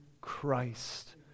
Christ